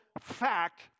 fact